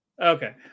Okay